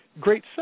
great